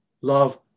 love